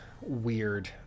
weird